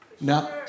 No